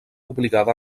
obligada